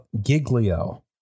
Giglio